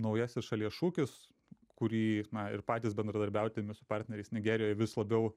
naujasis šalies šūkis kurį na ir patys bendradarbiaudami su partneriais nigerijoj vis labiau